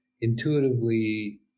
intuitively